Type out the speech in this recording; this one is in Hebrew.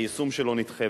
היישום שלו נדחה,